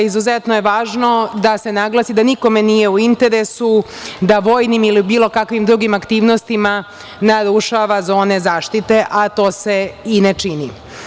Izuzetno je važno da se naglasi da nikome nije u interesu da vojnim ili bilo kakvim drugim aktivnostima narušava zone zaštite, a to se i ne čini.